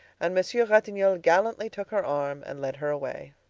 and monsieur ratignolle gallantly took her arm and led her away.